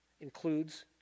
includes